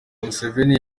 museveni